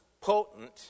potent